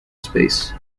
space